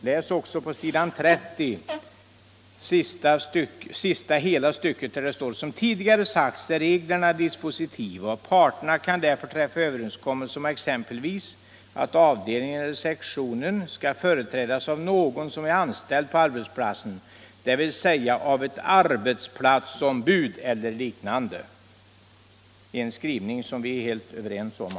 Läs också hela sista stycket på s. 30, där det bl.a. står: ”Som tidigare sagts är reglerna dispositiva, och parterna kan därför träffa överenskommelse om exempelvis att avdelningen eller sektionen skall företrädas av någon som är anställd på arbetsplatsen, dvs. av ett arbetsplatsombud eller liknande.” Det är en skrivning som vi är helt överens om.